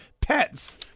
pets